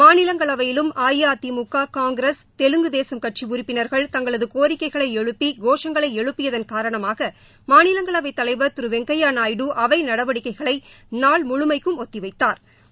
மாநிலங்களவையிலும் அஇஅதிமுக காங்கிரஸ் தெலுங்கு தேசம் கட்சி உறுப்பினர்கள் தங்களது கோரிக்கைகளை எழுப்பி கோஷங்களை எழுப்பியதன் காரணமாக மாநிலங்களவைத் தலைவா் திரு வெங்கையா நாயுடு அவை நடவடிக்கைகளை நாள் முழுமைக்கும் ஒத்திவைத்தாா்